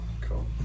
Cool